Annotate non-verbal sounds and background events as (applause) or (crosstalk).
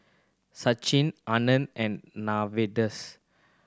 Sachin Anand and (unintelligible)